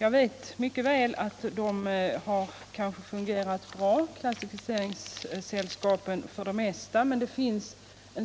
Jag vet mycket väl att klassificeringssällskapen för det mesta har fungerat bra, men det framfördes